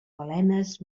balenes